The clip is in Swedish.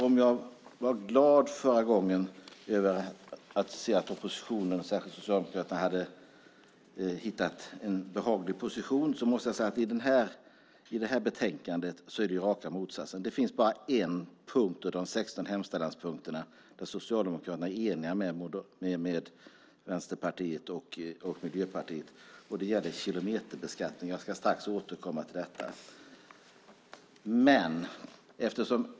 Om jag var glad förra gången över att oppositionen, särskilt Socialdemokraterna, hade hittat en behaglig position måste jag säga att det i detta betänkande är raka motsatsen. Det finns bara en punkt under de 16 hemställanspunkterna där Socialdemokraterna är eniga med Vänsterpartiet och Miljöpartiet. Det gäller kilometerbeskattningen. Jag ska strax återkomma till detta.